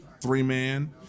three-man